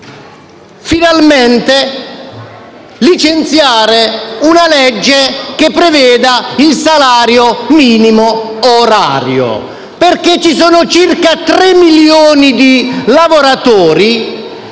finalmente una legge che preveda il salario minimo orario, perché ci sono circa 3 milioni di lavoratori